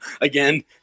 again